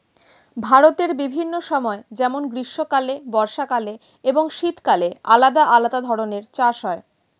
ভারতের বিভিন্ন সময় যেমন গ্রীষ্মকালে, বর্ষাকালে এবং শীতকালে আলাদা আলাদা ধরনের চাষ হয়